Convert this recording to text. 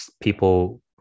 People